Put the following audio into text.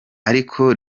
ariko